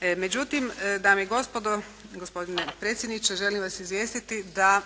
Međutim, dame i gospodo, gospodine predsjedniče želim vas izvijestiti da